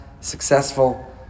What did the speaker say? successful